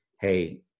hey